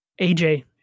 AJ